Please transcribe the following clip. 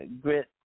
grit